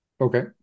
okay